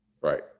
Right